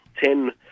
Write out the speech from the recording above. Ten